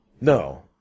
No